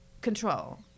control